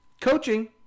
coaching